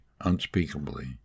unspeakably